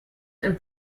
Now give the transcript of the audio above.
and